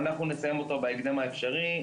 אנחנו נסיים אותו בהקדם האפשרי,